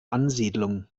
ansiedlung